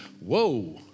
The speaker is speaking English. Whoa